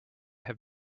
have